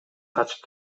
качып